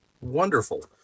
Wonderful